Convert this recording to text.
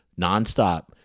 nonstop